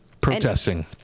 Protesting